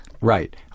Right